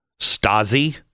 Stasi